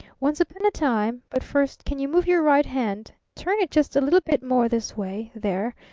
once upon a time but first, can you move your right hand? turn it just a little bit more this way. there!